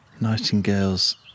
Nightingales